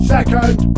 Second